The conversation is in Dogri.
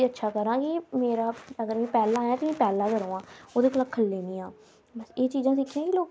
उत्थुआं टीबी उपरा बी इक साइड उपर इक पोरशन आई जंदा पढ़ने आहला लोग उत्थुआं बी पढ़ी लैंदे ना ते